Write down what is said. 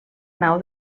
nau